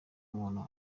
umuntu